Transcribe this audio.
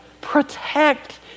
Protect